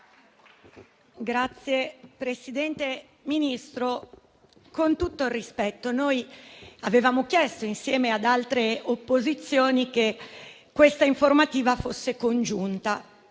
Signor Ministro, con tutto il rispetto noi avevamo chiesto, insieme ad altre opposizioni, che questa informativa fosse congiunta